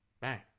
Bang